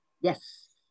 Yes